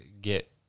get